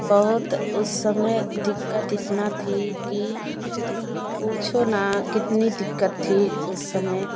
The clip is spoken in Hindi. बहुत उस समय दिक़्क़त इतना थी कि पूछो ना कितनी दिक़्क़त थी उस समय